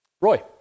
Roy